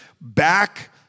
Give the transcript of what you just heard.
back